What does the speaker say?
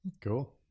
cool